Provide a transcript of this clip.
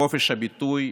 בחופש הביטוי,